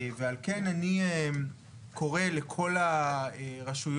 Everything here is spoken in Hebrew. ועל כן אני קורא לכל הרשויות